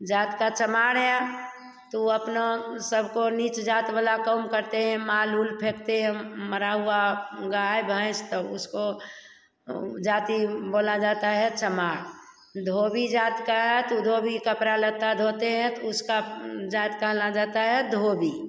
जात का चमार है तो वह अपना सब को नीच जात वाला काम करते हैं माल उल फेंकते हैं मरा हुआ गाय भैंस तब उसको जाति बोला जाता है चमार धोबी जात का तो धोबी कपड़ा लत्ता धोते हैं तो उसका जात कहला जाता है धोबी